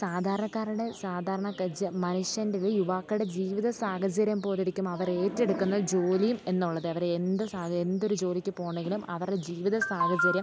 സാധാരണക്കാരുടെ സാധാരണ മനുഷ്യൻ്റേത് യുവാക്കളുടെ ജീവിത സാഹചര്യം പോലിരിക്കും അവരേറ്റെടുക്കുന്ന ജോലിയും എന്നുള്ളത് അവരെന്തു സാഹചര്യം എന്തൊരു ജോലിക്കു പോകണമെങ്കിലും അവരുടെ ജീവിത സാഹചര്യം